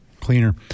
cleaner